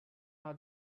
now